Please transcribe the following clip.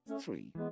Three